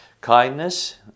Kindness